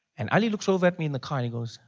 and ali looks over at me in the car and goes,